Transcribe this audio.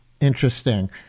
Interesting